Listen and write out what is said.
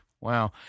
Wow